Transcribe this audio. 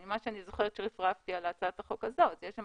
ממה שאני זוכרת עת רפרפתי בהצעת החוק הזאת, יש שם